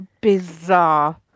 bizarre